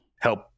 help